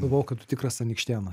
galvojau kad tu tikras anykštėnas